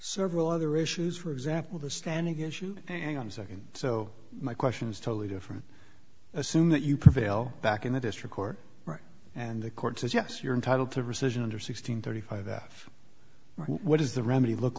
several other issues for example the standing issue and on the second so my question is totally different assume that you prevail back in the district court and the court says yes you're entitled to rescission under sixteen thirty five what is the remedy look